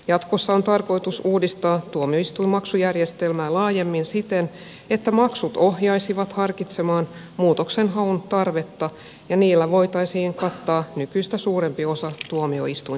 jatkossa on tarkoitus uudistaa tuomioistuinmaksujärjestelmää laajemmin siten että maksut ohjaisivat harkitsemaan muutoksenhaun tarvetta ja niillä voitaisiin kattaa nykyistä suurempi osa tuomioistuinten menoista